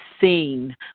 seen